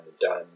done